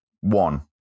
one